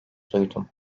duydum